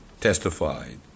testified